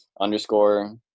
underscore